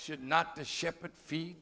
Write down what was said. should not the shepherd fee